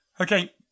okay